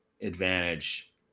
advantage